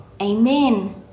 Amen